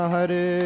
Hare